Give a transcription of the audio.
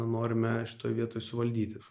norime šitoj vietoj suvaldyti